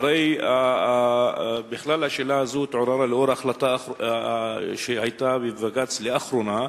הרי בכלל השאלה הזאת התעוררה לאור החלטה שהיתה בבג"ץ לאחרונה,